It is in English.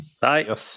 Bye